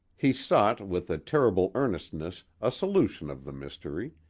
he sought with a terrible earnestness a solution of the mystery,